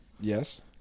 Yes